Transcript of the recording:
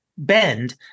bend